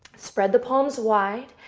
spread the palms wide.